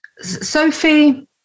Sophie